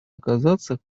оказаться